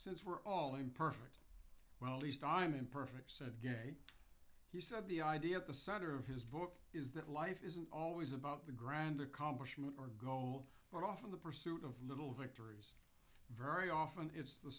since we're all imperfect well at least i'm imperfect said gay he said the idea at the center of his book is that life isn't always about the grander congressman or gold but often the pursuit of little victories very often it's the